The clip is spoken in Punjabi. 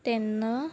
ਤਿੰਨ